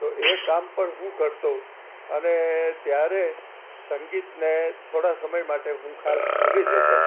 તો એ કામ પણ હું કરતો અને ત્યારે સંગીતને થોડા સમય માટે હું ખાસ ભૂલી જતો